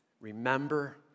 Remember